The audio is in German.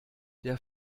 der